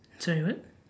sorry what